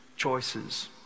choices